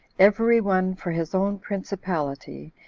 every one for his own principality,